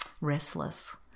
restless